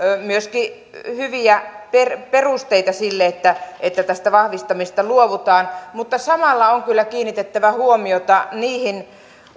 myöskin hyviä perusteita sille että tästä vahvistamisesta luovutaan mutta samalla on kyllä kiinnitettävä huomiota niihin